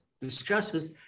discusses